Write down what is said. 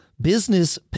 business